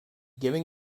giving